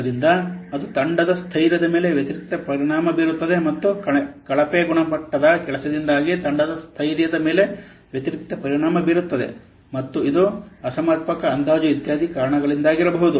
ಆದ್ದರಿಂದ ಅದು ತಂಡದ ಸ್ಥೈರ್ಯದ ಮೇಲೆ ವ್ಯತಿರಿಕ್ತ ಪರಿಣಾಮ ಬೀರುತ್ತದೆ ಮತ್ತು ಕಳಪೆ ಗುಣಮಟ್ಟದ ಕೆಲಸದಿಂದಾಗಿ ತಂಡದ ಸ್ಥೈರ್ಯದ ಮೇಲೆ ವ್ಯತಿರಿಕ್ತ ಪರಿಣಾಮ ಬೀರುತ್ತದೆ ಮತ್ತು ಇದು ಅಸಮರ್ಪಕ ಅಂದಾಜು ಇತ್ಯಾದಿ ಕಾರಣಗಳಿಂದಾಗಿರಬಹುದು